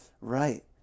Right